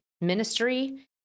ministry